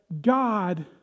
God